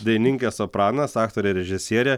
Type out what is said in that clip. dainininkė sopranas aktorė režisierė